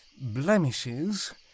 blemishes